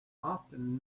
often